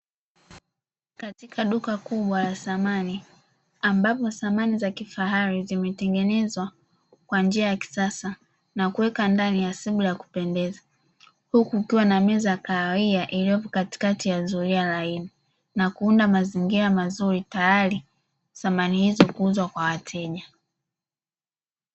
Katika duka kubwa la samani ambapo samani za kifahari zimetengenezwa kwa njia ya kisasa, na kuwekwa ndani ya sebule ya kupendeza. Huku kukiwa na meza ya kahawia iliyopo katikati ya zulia laini na kuunda mazingira mazuri, tayari samani hizo kuuzwa kwa wateja.